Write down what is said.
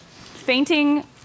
fainting